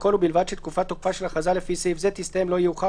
והכול ובלבד שתקופת תוקפה של הכרזה לפי סעיף זה תסתיים לא יאוחר